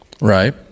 Right